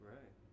Right